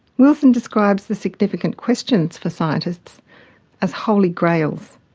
wilson describes the significant questions for scientists as holy grails.